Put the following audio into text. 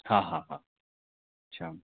हाँ हाँ हाँ अच्छा